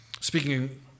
speaking